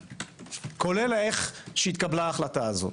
כולל איך שהתקבלה ההחלטה הזו,